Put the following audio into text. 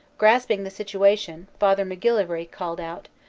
grasping the situation, father macgillivray called out,